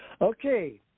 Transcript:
Okay